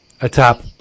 atop